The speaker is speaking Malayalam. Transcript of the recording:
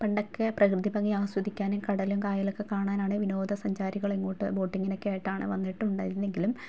പണ്ടക്കെ പ്രകൃതി ഭംഗി ആസ്വദിക്കാനും കടലും കായലുവൊക്കെ കാണാനാണ് വിനോദസഞ്ചാരികളിങ്ങോട്ട് ബോട്ടിങ്ങിനക്കെ ആയിട്ടാണ് വന്നിട്ടുണ്ടായിരുന്നെങ്കിലും